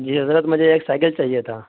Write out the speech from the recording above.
جی حضرت مجھے ایک سائیکل چاہیے تھا